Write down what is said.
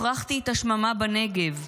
הפרחתי את השממה בנגב.